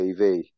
tv